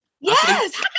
yes